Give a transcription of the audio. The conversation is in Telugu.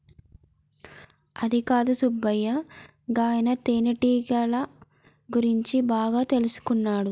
అదికాదు సుబ్బయ్య గాయన తేనెటీగల గురించి బాగా తెల్సుకున్నాడు